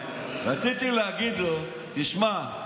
רציתי להגיד לו תשמע,